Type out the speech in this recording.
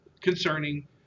concerning